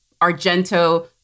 Argento